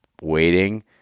waiting